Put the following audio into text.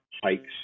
hikes